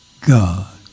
God